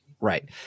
right